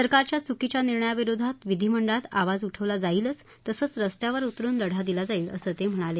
सरकारच्या चूकीच्या निर्णयाविरोधात विधी मंडळात तर आवाज उठवला जाईलच तसंच रस्त्यावर उतरून लढा दिला जाईल असा ते म्हणाले